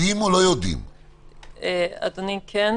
כן,